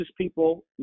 people